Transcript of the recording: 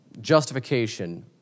justification